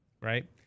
Right